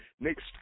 next